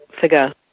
figure